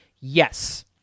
Yes